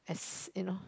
as you know